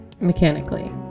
mechanically